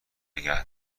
نگه